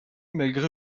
malgré